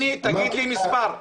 יועץ משפטי של המשרד לבטחון פנים.